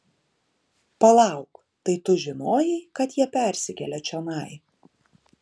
palauk tai tu žinojai kad jie persikelia čionai